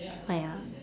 ah ya